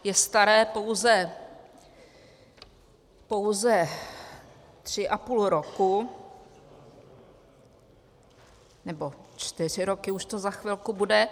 Je staré pouze tři a půl roku, nebo čtyři roky už to za chvilku bude.